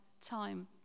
time